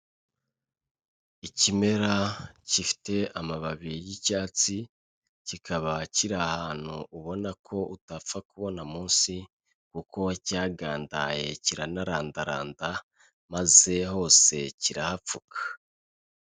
Ikimera gifite amababi y'icyatsi, kikaba kiri ahantu ubona ko utapfa kubona munsi kuko cyagandaye kiranarandaranda maze hose kirahapfuka.